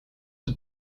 het